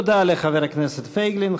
תודה לחבר הכנסת פייגלין.